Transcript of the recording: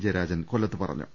ജയരാജൻ കൊല്ലത്ത് പറഞ്ഞു